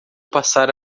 passar